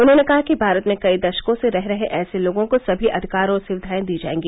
उन्होंने कहा कि भारत में कई दशकों से रह रहे ऐसे लोगों को सभी अधिकार और सुविधाएं दी जायेंगी